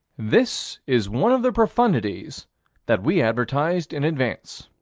this is one of the profundities that we advertised in advance.